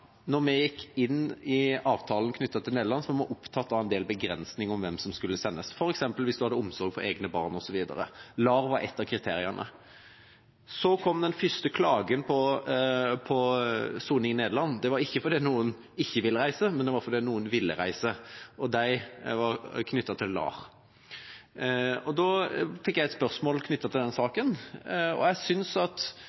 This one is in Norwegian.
vi inngikk avtalen om Nederland, var vi opptatt av en del begrensninger knyttet til hvem som skulle sendes dit, f.eks. hvis man hadde omsorg for egne barn osv. LAR var ett av kriteriene. Så kom den første klagen på soning i Nederland. Det var ikke fordi det var noen som ikke ville reise, men fordi det var noen som ville reise, og de var knyttet til LAR. Jeg fikk et spørsmål knyttet til den saken. Grunnen til at vi sa nei til LAR-pasienter, var at